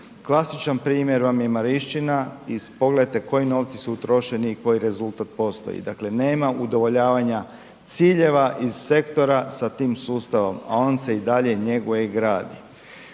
Klasičan primjer vam je Marišćina i pogledajte koji novci su utrošeni i koji rezultat postoji, dakle nema udovoljavanja ciljeva iz sektora sa tim sustavom, a on se i dalje njeguje i gradi.